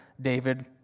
David